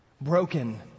broken